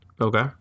okay